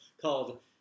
called